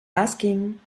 asking